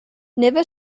never